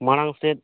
ᱢᱟᱲᱟᱝ ᱥᱮᱫ